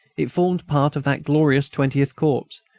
it formed part of that glorious twentieth corps,